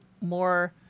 more